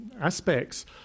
aspects